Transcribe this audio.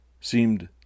seemed